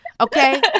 Okay